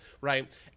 right